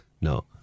No